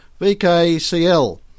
VKCL